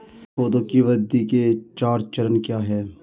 पौधे की वृद्धि के चार चरण क्या हैं?